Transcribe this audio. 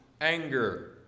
anger